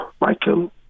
Michael